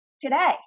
today